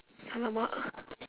!alamak!